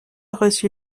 reçu